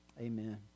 Amen